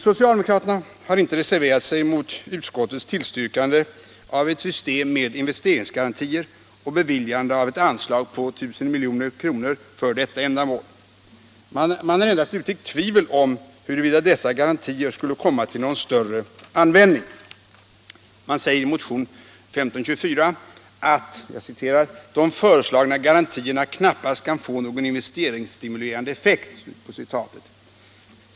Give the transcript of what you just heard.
Socialdemokraterna har inte reserverat sig mot utskottets tillstyrkande av ett system med investeringsgarantier och beviljande av ett anslag på 1000 milj.kr. för detta ändamål. De har endast uttryckt tvivel om huruvida dessa garantier skulle komma till någon större användning. Man säger i motionen 1524 att ”de föreslagna garantierna knappast kan få någon investeringsstimulerande effekt”.